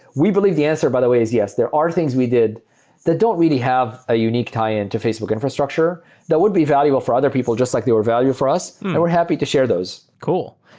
we believe the answer by the way is yes. there are things we did that don't really have a unique tie-in to facebook infrastructure that would be valuable for other people just like they were value for us, and we're happy to share those. cool.